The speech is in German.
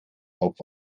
auf